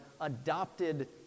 adopted